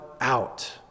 out